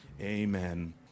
amen